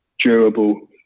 durable